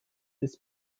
des